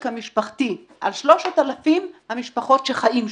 המשפחתי על 3,000 המשפחות שחיות שם.